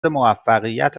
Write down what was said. موفقیت